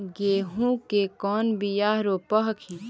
गेहूं के कौन बियाह रोप हखिन?